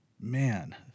man